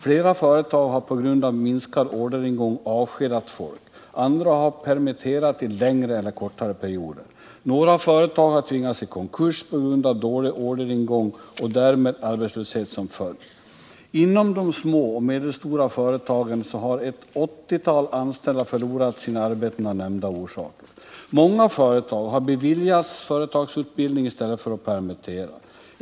Flera företag har på grund av minskad orderingång avskedat folk. Andra har permitterat för längre eller kortare perioder. Några företag har tvingats gå i konkurs på grund av dålig orderingång, vilket har fått arbetslöshet som följd. Inom små och medelstora företag har ett 80-tal anställda förlorat sina arbeten av dessa orsaker. Många företag har fått företagsutbildningsstöd för att slippa permittera.